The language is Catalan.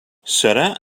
serà